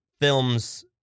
films